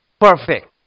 Perfect